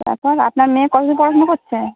তা স্যার আপনার মেয়ে কতো দূর পড়াশোনা করছে